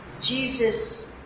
Jesus